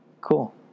Cool